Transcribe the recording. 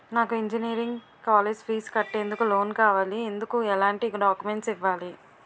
నాకు engineering college fees కట్టేందుకు loan కావాలి, ఎందుకు ఎలాంటి డాక్యుమెంట్స్ ఇవ్వాలి?